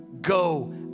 go